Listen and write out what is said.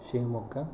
Shivamogga